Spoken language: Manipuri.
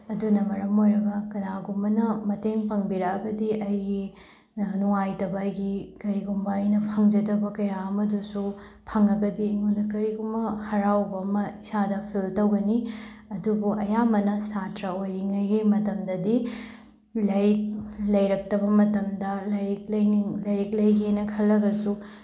ꯑꯗꯨꯅ ꯃꯔꯝ ꯑꯣꯏꯔꯒ ꯀꯅꯥꯒꯨꯝꯕꯅ ꯃꯇꯦꯡ ꯄꯥꯡꯕꯤꯔꯛꯑꯒꯗꯤ ꯑꯩꯒꯤ ꯅꯨꯡꯉꯥꯏꯇꯕ ꯑꯩꯒꯤ ꯀꯔꯤꯒꯨꯝꯕ ꯑꯩꯅ ꯐꯪꯖꯗꯕ ꯀꯌꯥ ꯑꯃꯗꯨꯁꯨ ꯐꯪꯉꯒꯗꯤ ꯑꯩꯉꯣꯟꯗ ꯀꯔꯤꯒꯨꯝꯕ ꯍꯔꯥꯎꯕ ꯑꯃ ꯏꯁꯥꯗ ꯐꯤꯜ ꯇꯧꯒꯅꯤ ꯑꯗꯨꯕꯨ ꯑꯌꯥꯝꯕꯅ ꯁꯥꯇ꯭ꯔ ꯑꯣꯏꯔꯤꯉꯩꯒꯤ ꯃꯇꯝꯗꯗꯤ ꯂꯥꯏꯔꯤꯛ ꯂꯩꯔꯛꯇꯕ ꯃꯇꯝꯗ ꯂꯥꯏꯔꯤꯛ ꯂꯥꯏꯔꯤꯛ ꯂꯩꯔꯒꯦꯅ ꯈꯜꯂꯒꯁꯨ